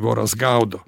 voras gaudo